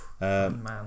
Man